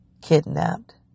kidnapped